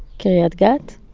kiryat gat.